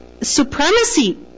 Supremacy